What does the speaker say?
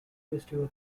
festival